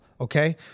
Okay